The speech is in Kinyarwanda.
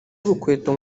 urukweto